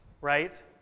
right